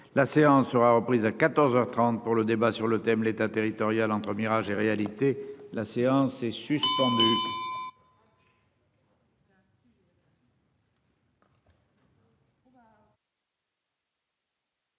la séance sera reprise à 14h 30 pour le débat sur le thème l'État territorial entre mirage et réalité la séance, c'est sûr.